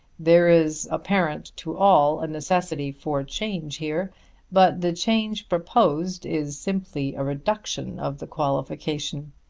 there is, apparent to all, a necessity for change here but the change proposed is simply a reduction of the qualification,